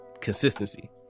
consistency